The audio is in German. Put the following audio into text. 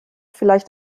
vielleicht